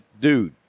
dude